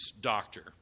doctor